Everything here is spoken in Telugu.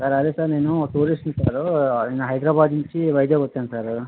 సార్ అదే సార్ నేను టూరిస్ట్ ని సార్ నేను హైదరాబాద్ నుంచి వైజాగ్ వచ్చాను సారు